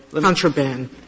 contraband